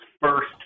first